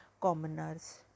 commoners